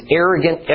arrogant